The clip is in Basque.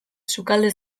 sukalde